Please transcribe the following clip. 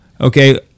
Okay